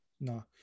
No